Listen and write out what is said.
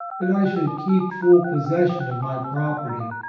that i should keep full possession of my property,